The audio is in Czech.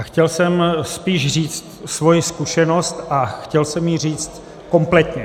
Chtěl jsem spíš říct svoji zkušenost a chtěl jsem ji říct kompletně.